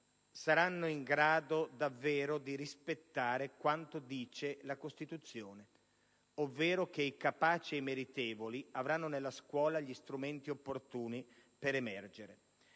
saranno in grado davvero di rispettare quanto indicato nella Costituzione, ovvero che i capaci e i meritevoli avranno nella scuola gli strumenti opportuni per emergere?